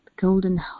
golden